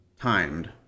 timed